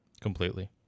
Completely